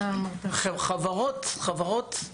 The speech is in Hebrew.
חברות מתייאשות.